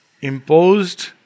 imposed